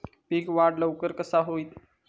पीक वाढ लवकर कसा होईत?